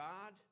God